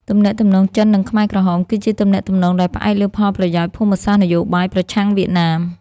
ទំនាក់ទំនងចិន-ខ្មែរក្រហម គឺជាទំនាក់ទំនងដែលផ្អែកលើផលប្រយោជន៍ភូមិសាស្ត្រនយោបាយប្រឆាំងវៀតណាម។